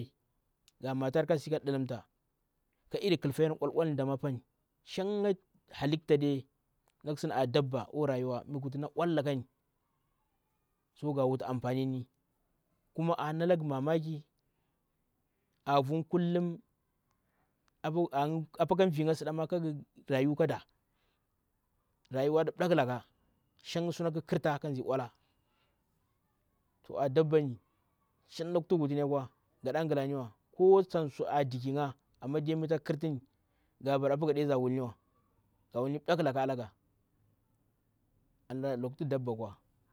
Thaln ma pad nga nmatar ka si thlimta ka iri nkhlifa na oul oulyari nshanga halitta dai nati ngu sin a dabba oh rayuwa mngu wuta na olakani toh nga wutu amfanini kuma a nalanga mamaki a vu kullum apa kan vinga sitama kangu rayu ka da rayuwa da ndaklaka nshanga su kir ta nka zi ola so a dabba ni nshang loktu ngu wutini kwa ngadda ngalani wa ko tanta diki nga ama dai muta kirtini ka bara apa nga dai za wuhh ni wa nga wullni daklaka daga wallahi luk ti dabba kwa.